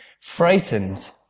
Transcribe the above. frightened